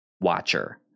watcher